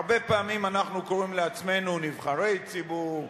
הרבה פעמים אנחנו קוראים לעצמנו נבחרי ציבור,